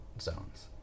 zones